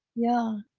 yeah.